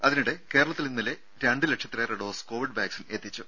ദേദ കേരളത്തിൽ ഇന്നലെ രണ്ട് ലക്ഷത്തിലേറെ ഡോസ് കൊവിഡ് വാക്സിൻ എത്തിച്ചു